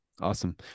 Awesome